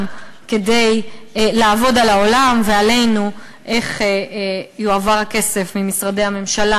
כדי לעבוד על העולם ועלינו איך יועבר הכסף ממשרדי הממשלה